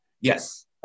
Yes